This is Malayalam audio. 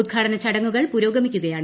ഉദ്ഘാടന ചടങ്ങുകൾ പുരോഗമിക്കുകയാണ്